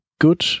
Good